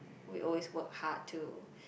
we always work hard to